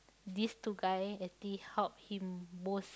these two guy actually help him most